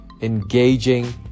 engaging